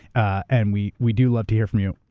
ah and we we do love to hear from you.